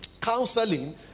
counseling